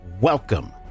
welcome